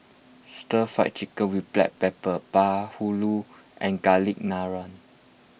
Stir Fried Chicken with Black Pepper Bahulu and Garlic Naan